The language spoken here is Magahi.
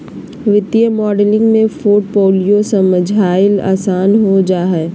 वित्तीय मॉडलिंग से पोर्टफोलियो समझला आसान हो जा हय